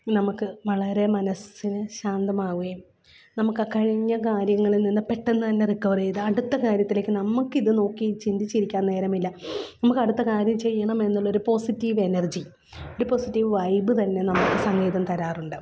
നമക്ക് വളരെ മനസ്സിന് ശാന്തമാവുകയും നമുക്കാ കഴിഞ്ഞ കാര്യങ്ങളിൽ നിന്ന് പെട്ടെന്നു തന്നെ റിക്കവറ്യ്ത് അടുത്ത കാര്യത്തിലേക്ക് നമ്മള്ക്കിത് നോക്കി ചിന്തിച്ചിരിക്കാൻ നേരമില്ല നമുക്കടുത്ത കാര്യം ചെയ്യണമെന്നുള്ളൊരു പോസിറ്റീവ് എനർജി ഒരു പോസിറ്റീവ് വൈബ് തന്നെ നമുക്ക് സംഗീതം തരാറുണ്ട്